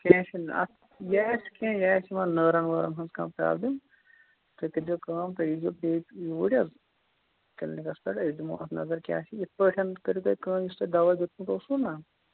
کیٚنٛہہ چھُنہٕ اَتھ یہِ آسہِ کیٚنٛہہ یہِ آسہِ یِمن نٲرن وٲرن ہٕنٛز کانٛہہ پرٛابلِم تُہۍ کٔرۍزیٚو کٲم تُہۍ ییٖزیٚو بیٚیہِ یوٗرۍ حظ کِلنِکَس پٮ۪ٹھ أسۍ دِمو اَتھ نظر کیٛاہ چھِ یِتھٕ پٲٹھۍ کٔرِو تُہۍ کٲم یُس تۄہہِ دوا دیُتمُت اوسوٕ نا